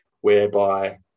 whereby